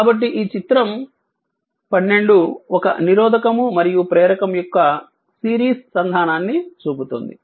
కాబట్టి ఈ చిత్రం 12 ఒక నిరోధకము మరియు ప్రేరకం యొక్క సిరీస్ సంధానాన్ని చూపుతుంది